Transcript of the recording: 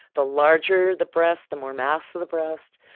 the larger the breasts, the more mass of the breasts,